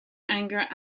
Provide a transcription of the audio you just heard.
anger